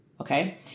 Okay